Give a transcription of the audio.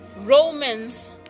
Romans